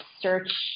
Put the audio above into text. search